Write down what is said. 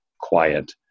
quiet